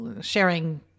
sharing